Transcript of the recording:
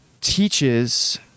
teaches